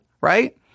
right